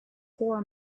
poor